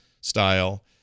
style